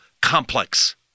complex